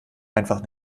einfach